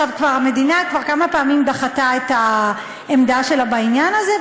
המדינה כבר כמה פעמים דחתה את הבאת העמדה שלה בעניין הזה,